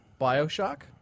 Bioshock